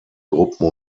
gruppen